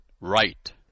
right